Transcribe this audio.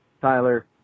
Tyler